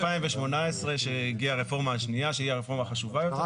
כאשר הגיעה הרפורמה השנייה שהיא הרפורמה החשובה יותר,